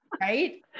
right